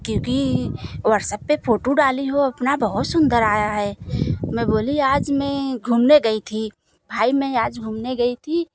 क्योंकि व्हाट्सअप पर फोटू डाली हो अपना बहुत सुंदर आया है मैं बोला आज मैं घूमने गई थी भाई मैं आज घूमने गई थी